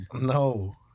No